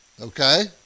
Okay